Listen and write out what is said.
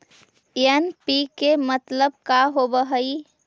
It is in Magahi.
एन.पी.के मतलब का होव हइ?